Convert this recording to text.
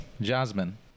Jasmine